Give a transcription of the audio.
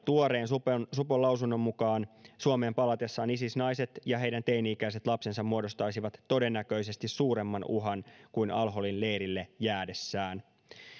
tuoreen supon supon lausunnon mukaan suomeen palatessaan isis naiset ja heidän teini ikäiset lapsensa muodostaisivat todennäköisesti suuremman uhan kuin al holin leirille jäädessään